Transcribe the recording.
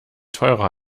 teurer